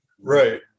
Right